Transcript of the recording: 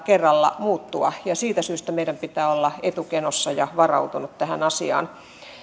kerralla muuttua ja siitä syystä meidän pitää olla etukenossa ja varautuneita tähän asiaan